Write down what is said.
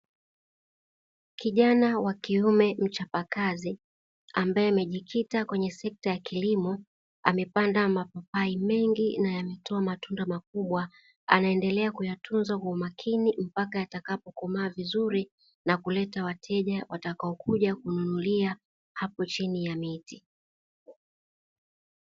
Kijana wa kiume mchapakazi ambaye amejikita kwenye sekta ya kilimo amepanda mapapai mengi na yametoa matunda makubwa, anaendelea kuyatunza kwa umakini mpaka yatakapokomaa vizuri na kuleta wateja watakaokuja kununulia hapo chini ya miti.